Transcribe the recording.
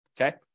Okay